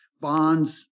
bonds